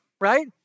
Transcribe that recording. right